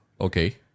Okay